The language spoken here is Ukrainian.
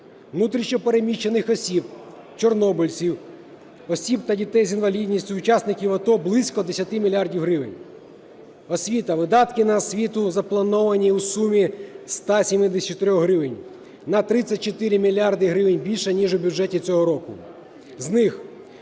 внутрішньо переміщених осіб, чорнобильців, осіб та дітей з інвалідністю, учасників АТО – близько 10 мільярдів гривень. Освіта. Видатки на освіту заплановані у сумі 174 мільярди гривень. На 34 мільярди гривень більше ніж у бюджеті цього року.